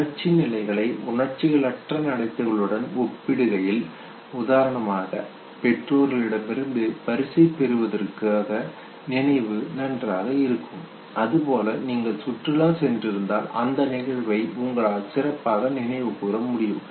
உணர்ச்சி நிலைகளை உணர்ச்சிகளற்ற நடத்தைகளுடன் ஒப்பிடுகையில் உதாரணமாக பெற்றோரிடமிருந்து பரிசை பெறுவதற்கு நினைவு நன்றாக இருக்கும் அதுபோல நீங்கள் சுற்றுலா சென்றிருந்தால் அந்த நிகழ்வை உங்களால் சிறப்பாக நினைவுகூர முடியும்